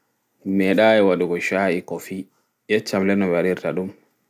Mi meɗai waɗugo sha'I coffee yeccam le no ɓe waɗirta ɗum